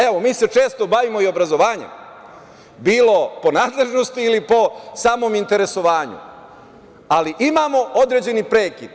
Evo, mi se često bavimo i obrazovanjem, bilo po nadležnosti ili po samom interesovanju, ali imamo određeni prekid.